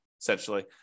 essentially